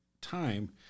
time